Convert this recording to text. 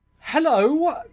Hello